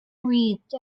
breathed